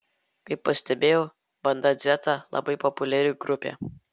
kaip pastebėjau banda dzeta labai populiari grupė